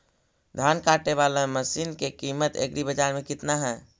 धान काटे बाला मशिन के किमत एग्रीबाजार मे कितना है?